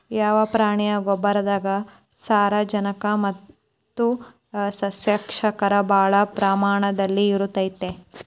ಯಾವ ಪ್ರಾಣಿಯ ಗೊಬ್ಬರದಾಗ ಸಾರಜನಕ ಮತ್ತ ಸಸ್ಯಕ್ಷಾರ ಭಾಳ ಪ್ರಮಾಣದಲ್ಲಿ ಇರುತೈತರೇ?